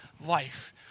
life